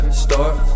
start